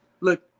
Look